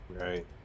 Right